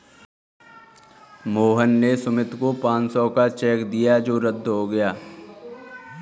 मोहन ने सुमित को पाँच सौ का चेक दिया था जो रद्द हो गया